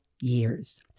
years